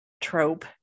trope